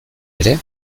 ere